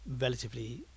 relatively